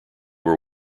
were